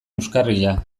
euskarria